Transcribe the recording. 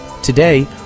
Today